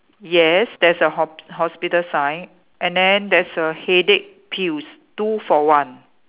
yes there's a ho~ hospital sign and then there's a headache pills two for one